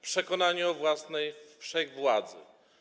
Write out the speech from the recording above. Przekonanie o własnej wszechwładzy.